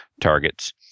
targets